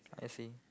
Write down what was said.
I see